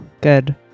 good